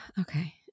Okay